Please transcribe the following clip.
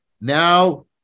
Now